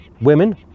women